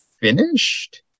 finished